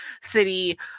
city